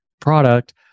product